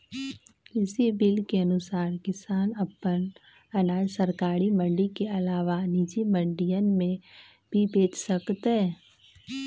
कृषि बिल के अनुसार किसान अपन अनाज सरकारी मंडी के अलावा निजी मंडियन में भी बेच सकतय